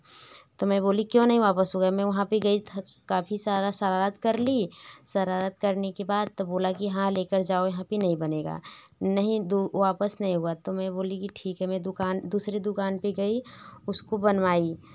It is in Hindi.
तो मैं बोली क्यों नहीं वापस होगा मैं वहाँ पर गई थक काफ़ी सारा शरारत कर ली शरारत करने के बाद तो बोला कि हाँ ले कर जाओ यहाँ पर नहीं बनेगा नहीं दो वापस नहीं होगा तो मैं बोली कि ठीक है मैं दुकान दुसरे दुकान पर गई उसको बनवाई